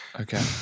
okay